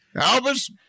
Albus